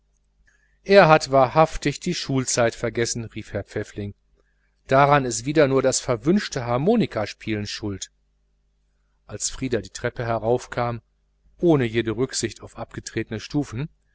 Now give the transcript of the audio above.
er hat wahrhaftig die schulzeit vergessen rief herr pfäffling daran ist wieder nur das verwünschte harmonikaspielen schuld als frieder die treppe heraufkam ohne jegliche rücksicht auf abgetretene stufen streckte